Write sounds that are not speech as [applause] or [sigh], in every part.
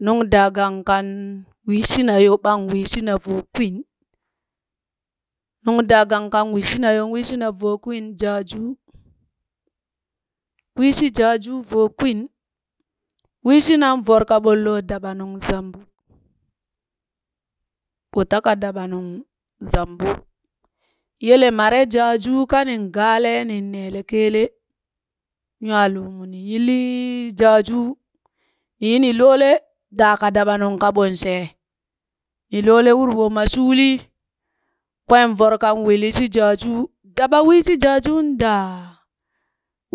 Nungdaagang kan wiishina yo ɓan wiishina [noise] voo kwin, nungdaagang kan wiishina yo ɓan wiishina voo kwinn Jaajuu. Wiishi jaajuu vo kwin, wiishina voro ka ɓolloo daɓanung zambuk. [noise] Ɓo ta ka daɓanung zambuk, yele mare Jaajuu kanin galee nin neele keele, nywaa lumu ni yillii Jaajuu ni yi ni loole daa ka dabanung kaɓon she, ni loole wuri ɓo ma shulii, kween voro kan wiili shi Jaajuu, daba wishi Jaajuun daa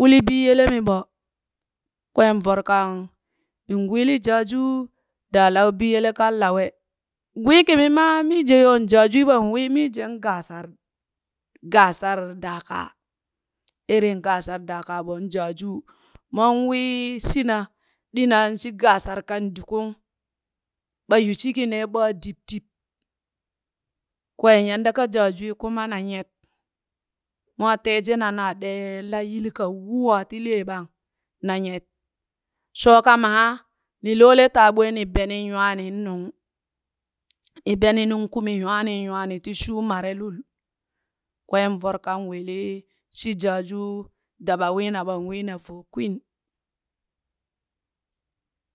uli biyele mi ɓo, kwen voro kaŋ iŋ wiili Jaajuu da lawe biyele kan lawe. Wii kimi maa minje yooŋ Jaajwiiɓo wii mijen Gashar, Gashar daa kaa eren Gashar daakaa ɓoŋ Jaajuu, moŋ wiishina ɗinaan shi gashar kan dikung ɓa yu shi kinee ɓaa dib- dib, kween yadda kati Jajuu kuma na nyet, mwaa tee jena naa ɗe la yili ka ywuwaa ti lee ɓang, na nyet. shooka maa ni loole taɓwee ni benin nywaanin nuŋ, ni beni nuŋ kumi nywaanin nywaani ti shuu mare lul. Kween voro kan wiili shi jajuu, daba wiinaɓo, wina voo kwin.